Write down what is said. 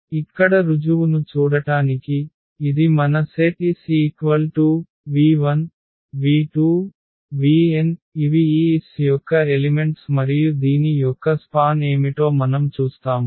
కాబట్టి ఇక్కడ రుజువును చూడటానికి ఇది మన సెట్ Sv1v2vn ఇవి ఈ S యొక్క ఎలిమెంట్స్ మరియు దీని యొక్క స్పాన్ ఏమిటో మనం చూస్తాము